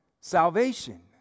salvation